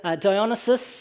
Dionysus